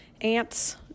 ants